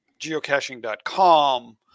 geocaching.com